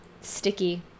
Sticky